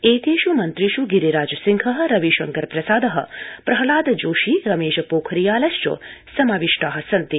एतेष् मन्त्रिष् गिरीराज सिंह रविशंकर प्रसाद प्रहलादजोशी रमेश पोखरियालश्च समाविष्टा सन्ति